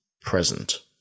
present